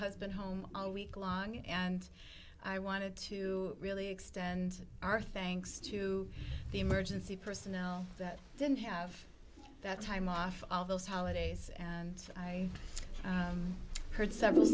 husband home all week long and i wanted to really extend our thanks to the emergency personnel that didn't have that time off all those holidays and i heard several